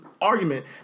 argument